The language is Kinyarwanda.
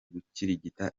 gukirigita